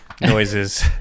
noises